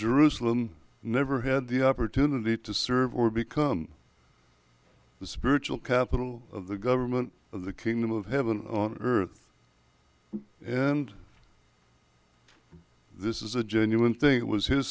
jerusalem never had the opportunity to serve or become the spiritual capital of the government of the kingdom of heaven on earth and this is a genuine thing it was his